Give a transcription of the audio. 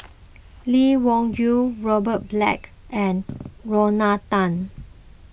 Lee Wung Yew Robert Black and Lorna Tan